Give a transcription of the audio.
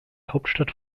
hauptstadt